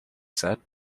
said